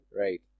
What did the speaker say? Right